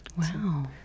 Wow